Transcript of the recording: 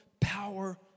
power